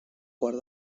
quart